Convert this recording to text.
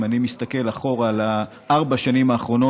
אם אני מסתכל אחורה על ארבע השנים האחרונות,